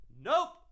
Nope